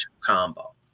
combo